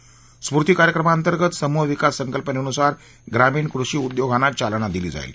स्फूर्ती कार्यक्रमांतर्गत समूह विकास संकल्पनेनुसार ग्रामीण कृषी उद्योगांना चालना दिली जाईल